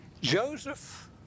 Joseph